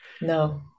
No